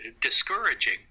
discouraging